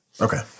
Okay